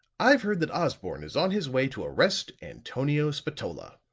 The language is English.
i've heard that osborne is on his way to arrest antonio spatola.